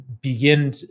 begin